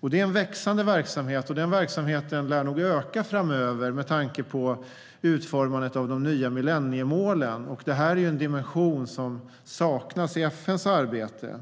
Det är en växande verksamhet. Den verksamheten lär nog öka framöver med tanke på utformandet av de nya millenniemålen. Det är en dimension som saknas i FN:s arbete.